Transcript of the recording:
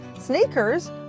sneakers